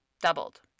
doubled